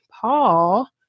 Paul